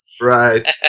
Right